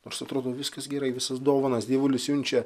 nors atrodo viskas gerai visas dovanas dievulis siunčia